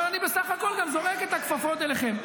אבל אני בסך הכול גם זורק את הכפפות אליכם.